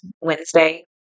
Wednesday